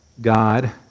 God